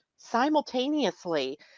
simultaneously